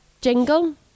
jingle